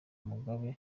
mugabe